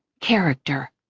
character.